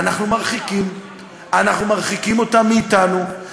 אנחנו מרחיקים אותם מאתנו,